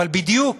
אבל בדיוק,